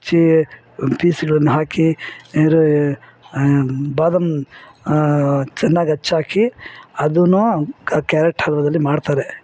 ಚೀ ಪೀಸ್ಗಳನ್ನು ಹಾಕಿ ರ ಬಾದಾಮಿ ಚೆನ್ನಾಗ್ ಹೆಚ್ಚಾಕಿ ಅದು ಆ ಕ್ಯಾರೆಟ್ ಹಲ್ವಾದಲ್ಲಿ ಮಾಡ್ತಾರೆ